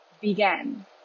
began